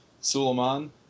Suleiman